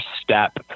step